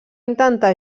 intentar